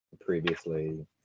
Previously